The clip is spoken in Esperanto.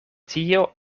tio